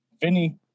Vinny